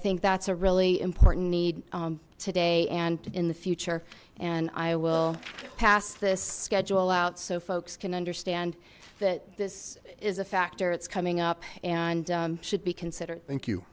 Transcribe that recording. think that's a really important need today and in the future and i will pass this schedule out so folks can understand that this is a factor it's coming up and should be considered thank you